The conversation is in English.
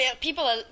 people